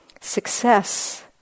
success